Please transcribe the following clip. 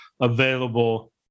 available